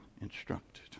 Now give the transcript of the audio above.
instructed